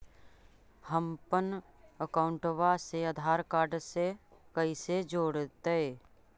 हमपन अकाउँटवा से आधार कार्ड से कइसे जोडैतै?